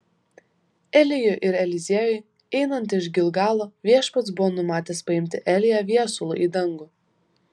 elijui ir eliziejui einant iš gilgalo viešpats buvo numatęs paimti eliją viesulu į dangų